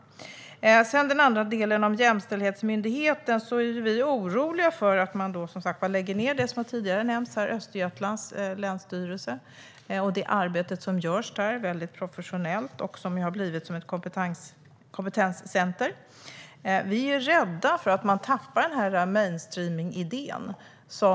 Vad gäller den nya jämställdhetsmyndigheten är vi oroliga för att man lägger ned det som även andra tagit upp, till exempel Östergötlands länsstyrelse och arbetet som görs där. Det är väldigt professionellt och har blivit som ett kompetenscenter. Vi är rädda att man tappar mainstreamningsidén.